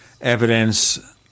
evidence